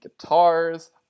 guitars